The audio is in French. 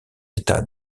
états